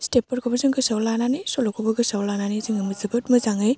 स्टेपफोरखौबो जों गोसोयाव लानानै सल'खौबो गोसोआव लानानै जोङो जोबोद मोजाङै